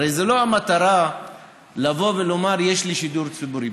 הרי המטרה היא לא לבוא ולומר: יש לי שידור ציבורי.